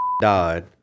died